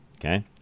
Okay